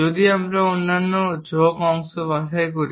যদি আমরা অন্যান্য ঝোঁক অংশ বাছাই করি